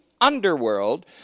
underworld